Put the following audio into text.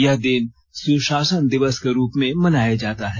यह दिन सुशासन दिवस के रूप में मनाया जाता है